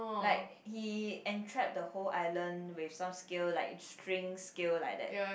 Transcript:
like he entrap the whole island with some skill like string skill like that